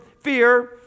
fear